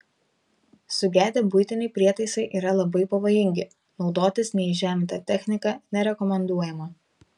sugedę buitiniai prietaisai yra labai pavojingi naudotis neįžeminta technika nerekomenduojama